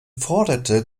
forderte